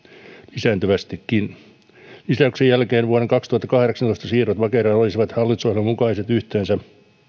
lisääntyvästikin lisäyksen jälkeen vuonna kaksituhattakahdeksantoista siirrot makeraan olisivat hallitusohjelman mukaisesti yhteensä